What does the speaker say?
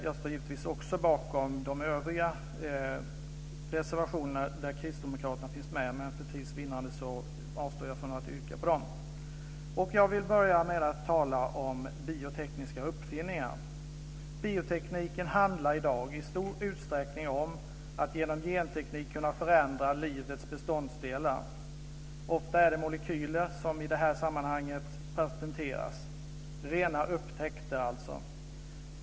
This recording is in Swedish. Jag står givetvis också bakom de övriga reservationer där kristdemokraterna finns med, men för tids vinnande avstår jag från att yrka bifall på dem. Jag vill börja med att tala om biotekniska uppfinningar. Biotekniken handlar i dag i stor utsträckning om att genom genteknik kunna förändra livets beståndsdelar. Ofta är det molekyler som i detta sammanhang patenteras. Rena upptäckter alltså.